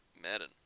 Madden